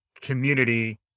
community